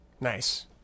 Nice